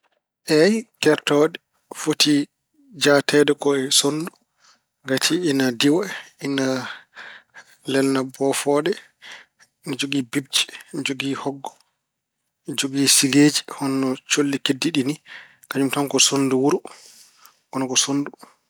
Eey, gertooɗe foti jaateede ko e sonndu kadi ine diwa, ina lelna bofooɗe, ina jogii bibje, ina jogii hoggo, ine jogii sigeeji hono colli keddiiɗi ɗi ni. Kañum tan ko sonndu wuro kono sonndu.